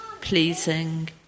pleasing